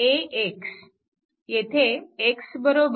AX येथे X v1 v2 v3